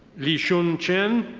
lee xun chen.